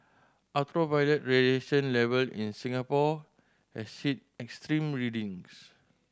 ultraviolet radiation level in Singapore has hit extreme readings